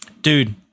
Dude